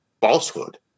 falsehood